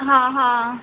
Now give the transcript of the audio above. ਹਾਂ ਹਾਂ